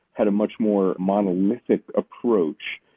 had a much more monolithic approach.